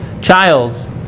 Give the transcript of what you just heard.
child